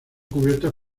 cubiertas